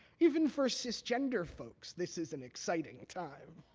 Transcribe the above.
even for cisgender folks, this is an exciting time.